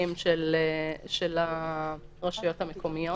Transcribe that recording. לפקחים של הרשויות המקומיות.